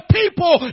people